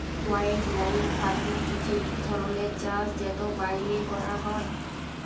wildlife farming হছে ইক ধরলের চাষ যেট ব্যইলে ক্যরা হ্যয়